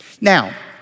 Now